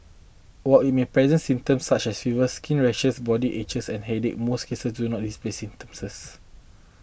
while it may present symptoms such as fever skin rashes body aches and headache most cases do not display symptoms